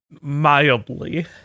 mildly